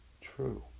true